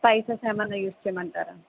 spices ఏమన్నా use చేయమంటారా